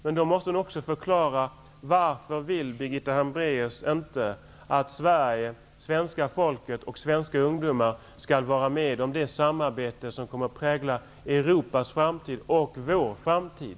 Men varför vill då Birgitta Hambraeus inte att svenska folket och svenska ungdomar skall vara med om det samarbete som kommer att prägla Europas och vår framtid?